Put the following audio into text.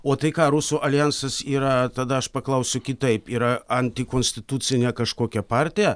o tai ką rusų aljansas yra tada aš paklausiu kitaip yra antikonstitucinė kažkokia partija